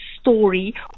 story